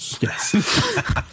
yes